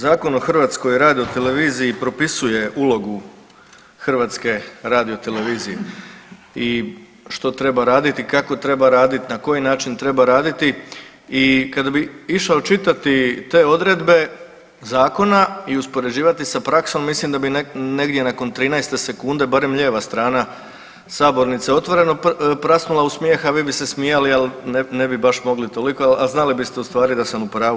Zakon o HRT-u propisuje ulogu HRT-a i što treba raditi, kako treba radit, na koji način treba raditi i kada bi išao čitati te odredbe zakona i uspoređivati sa praksom mislim da bi negdje nakon 13 sekunde barem lijeva strana sabornice otvoreno prasnula u smijeh, a vi bi se smijali jel ne bi baš mogli toliko, a znali biste u stvari da sam u pravu.